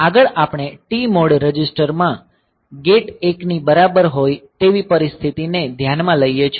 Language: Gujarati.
આગળ આપણે T મોડ રજિસ્ટર માં ગેટ 1 ની બરાબર હોય તેવી પરિસ્થિતિને ધ્યાનમાં લઈએ છીએ